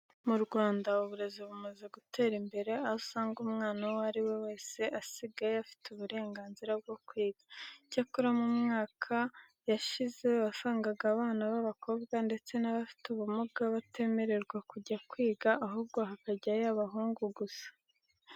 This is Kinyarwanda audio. Mu Rwanda uburezi bumaze gutera imbere aho usanga umwana uwo ari we wese asigaye afite uburenganzira bwo kwiga. Icyakora mu mwaka yashize wasangaga abana b'abakobwa ndetse n'abafite ubumuga batemererwa kujya kwiga ahubwo hakajyayo abahungu gusa.